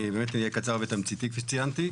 אני באמת אהיה קצר ותמציתי כפי שציינתי.